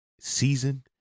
season